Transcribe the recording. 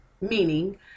meaning